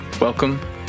Welcome